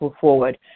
forward